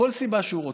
כל סיבה שהוא רוצה,